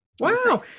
Wow